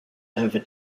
over